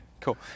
cool